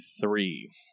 Three